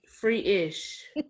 Free-ish